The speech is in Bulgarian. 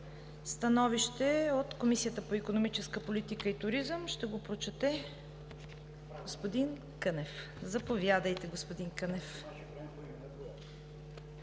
Становище от Комисията по икономическа политика и туризъм. Ще го прочете господин Кънев. Заповядайте, господин Кънев.